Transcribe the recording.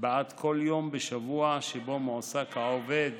בעד כל יום בשבוע שבו מועסק העובד